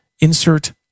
insert